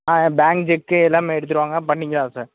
ஆ bank ஜெக்கு எல்லாமே எடுத்துகிட்டு வாங்க பண்ணிக்கலாம் சார்